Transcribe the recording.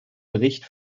bericht